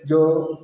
जो